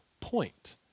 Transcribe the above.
point